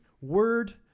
word